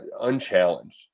unchallenged